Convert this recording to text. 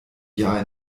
jahr